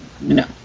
no